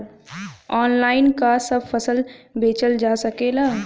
Online का सब फसल बेचल जा सकेला?